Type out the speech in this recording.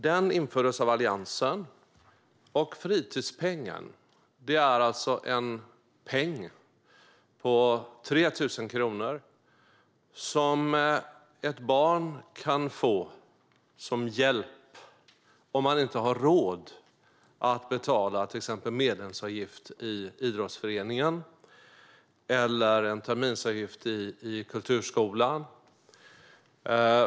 Den infördes av Alliansen och var på 3 000 kronor som ett barn kunde få som hjälp om man inte hade råd att betala till exempel medlemsavgift i idrottsföreningen eller terminsavgift i kulturskolan.